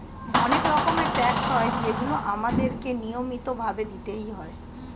অনেক রকমের ট্যাক্স হয় যেগুলো আমাদের কে নিয়মিত ভাবে দিতেই হয়